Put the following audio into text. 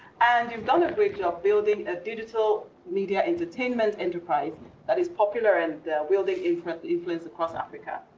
and you've done a great job building a digital media entertainment enterprise that is popular and wielding influence influence across africa.